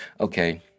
okay